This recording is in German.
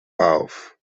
auf